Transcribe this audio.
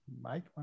Mike